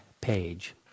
page